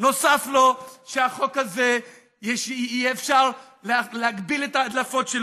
נוסף לו שיהיה אפשר להגביל את ההדלפות,